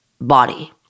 body